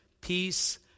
peace